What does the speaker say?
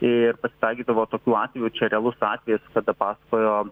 ir pasitaikydavo tokių atvejų čia realus atvejis kada pasakojo